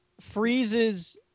Freeze's